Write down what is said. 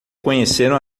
conheceram